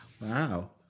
Wow